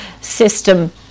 system